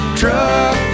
truck